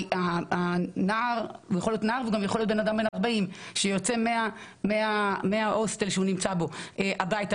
שנער שיוצא מההוסטל שהוא נמצא בו הביתה